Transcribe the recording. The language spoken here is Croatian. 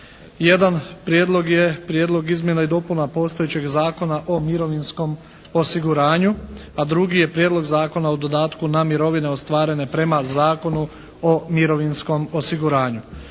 Jedan prijedlog je Prijedlog izmjena i dopuna postojećeg Zakona o mirovinskom osiguranju, a drugi je Prijedlog zakona o dodatku na mirovine ostvarene prema Zakonu o mirovinskom osiguranju.